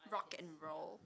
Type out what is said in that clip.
rock and roll